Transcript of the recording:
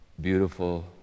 beautiful